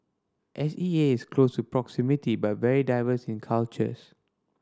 S E A is close proximity but very diverse in cultures